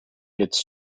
its